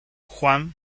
juan